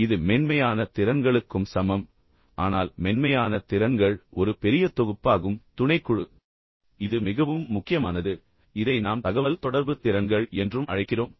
எனவே இது மென்மையான திறன்களுக்கும் சமம் ஆனால் மென்மையான திறன்கள் ஒரு பெரிய தொகுப்பாகும் பின்னர் துணைக்குழு ஆனால் இது மிகவும் முக்கியமானது இதை நாம் தகவல்தொடர்பு திறன்கள் என்றும் அழைக்கிறோம்